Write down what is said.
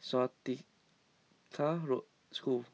Swastika School